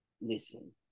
listen